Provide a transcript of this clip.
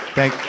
Thank